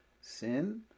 Sin